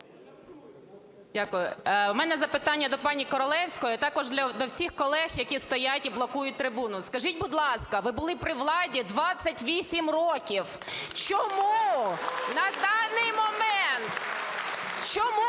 Ю.Л. У мене запитання до пані Королевської, також до всіх колег, які стоять і блокують трибуну. Скажіть, будь ласка, ви були при владі 28 років. Чому на даний момент…